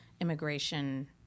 immigration